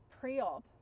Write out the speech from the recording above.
pre-op